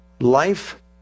Life